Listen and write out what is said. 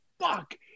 fuck